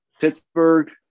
Pittsburgh